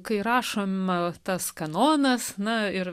kai rašoma tas kanonas na ir